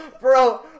Bro